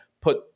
put